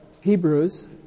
Hebrews